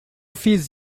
fiz